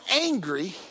angry